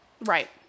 Right